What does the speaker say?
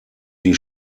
die